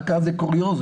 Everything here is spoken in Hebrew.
כקוריוז,